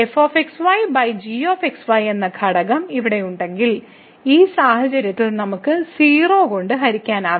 fxygx y എന്ന ഘടകം ഇവിടെ ഉണ്ടെങ്കിൽ ഈ സാഹചര്യത്തിൽ നമുക്ക് 0 കൊണ്ട് ഹരിക്കാനാവില്ല